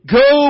go